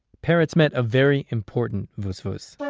peretz met a very important vusvus,